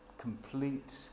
complete